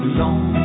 long